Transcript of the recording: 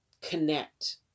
connect